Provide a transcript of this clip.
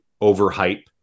overhype